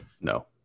No